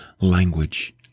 language